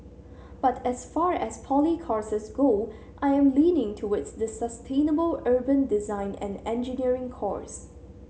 but as far as poly courses go I am leaning towards the sustainable urban design and engineering course